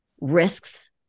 risks